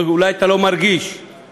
אז היה צריך לציין אותה.